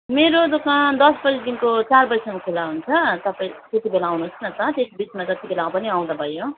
मेरो दोकान दस बजीदेखिको चार बजीसम्म खुल्ला हुन्छ तपाईँ त्यतिबेला आउनुहोस् न त त्यति बिचमा जतिबेला पनि आउँदा भयो